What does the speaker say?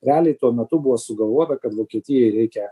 realiai tuo metu buvo sugalvota kad vokietijai reikia